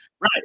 Right